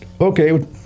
Okay